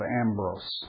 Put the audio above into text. Ambrose